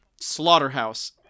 slaughterhouse